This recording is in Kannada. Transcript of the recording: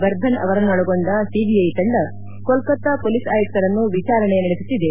ಬರ್ದನ್ ಅವರನ್ನೊಳಗೊಂಡ ಸಿಬಿಐ ತಂಡ ಕೋಲ್ತತಾ ಮೊಲೀಸ್ ಆಯುಕ್ತರನ್ನು ವಿಚಾರಣೆ ನಡೆಸುತ್ತಿದೆ